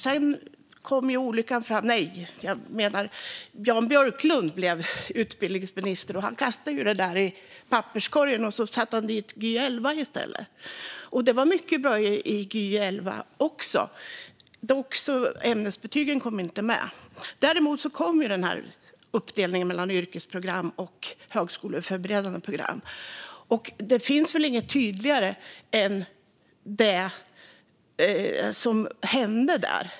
Sedan blev Jan Björklund utbildningsminister, och han kastade utredningen i papperskorgen och införde Gy 2011 i stället. Det fanns mycket bra i Gy 2011. Dock kom ämnesbetygen inte med. Däremot kom uppdelningen mellan yrkesprogram och högskoleförberedande program. Det finns inget tydligare än det som hände där.